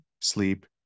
sleep